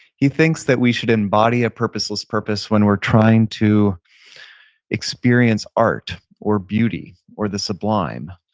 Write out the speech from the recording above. he thinks that we should embody a purposeless purpose when we're trying to experience art, or beauty, or the sublime,